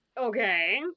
Okay